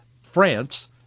France—